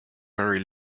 very